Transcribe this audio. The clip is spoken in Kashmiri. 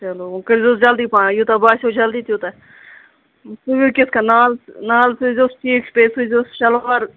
چَلو وۄنۍ کٔرۍزیوس جلدی پَہم یوٗتاہ باسیو جلدی تیوٗتاہ سُوِو کِتھ کٔنۍ نال نال تھٲیزوس ٹھیٖک بیٚیہِ سوٗزیوس شَلوار